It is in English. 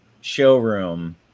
showroom